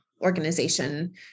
organization